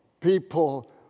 people